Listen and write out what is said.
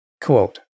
Quote